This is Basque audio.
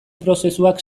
prozesuak